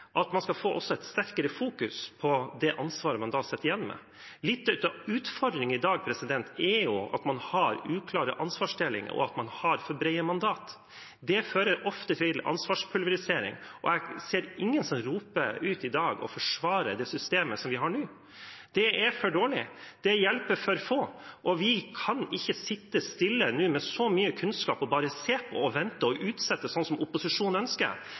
at man skal få et sterkere fokus på det ansvaret man da sitter igjen med. Litt av utfordringen i dag er jo at man har uklar ansvarsdeling, og at man har for brede mandat. Det fører ofte til ansvarspulverisering. Jeg ser ingen i dag som roper ut og forsvarer det systemet vi har nå. Det er for dårlig. Det hjelper for få. Og vi kan ikke sitte stille nå med så mye kunnskap og bare se på, vente og utsette, sånn som opposisjonen ønsker.